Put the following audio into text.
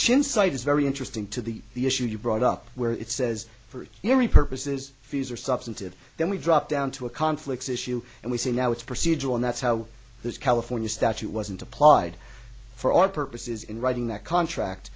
chin cite is very interesting to the the issue you brought up where it says for every purpose is fees are substantive then we drop down to a conflicts issue and we say now it's procedural and that's how this california statute wasn't applied for our purposes in writing that contract